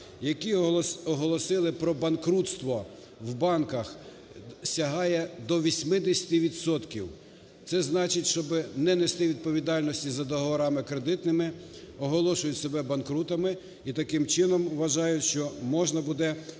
які оголосили про банкрутство в банках, сягає до 80 відсотків. Це значить, щоб не нести відповідальності за договорами кредитними, оголошують себе банкрутами і таким чином вважають, що можна буде уникнути,